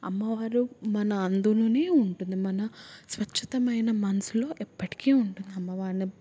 అమ్మవారు మన అందులోనే ఉంటుంది మన స్వచ్ఛతమైన మనస్సులో ఎప్పటికి ఉంటుంది అమ్మవారిని